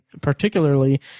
particularly